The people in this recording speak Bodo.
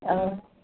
औ